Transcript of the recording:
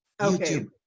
YouTube